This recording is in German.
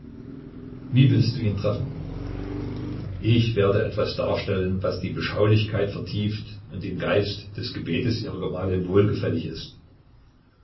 wie willst du ihn treffen ich werde etwas darstellen was die beschaulichkeit vertieft und dem geist des gebetes ihrer gemahlin wohlgefällig ist